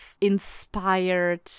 inspired